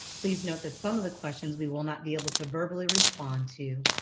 please note that some of the questions we will not be able to verbally respond to.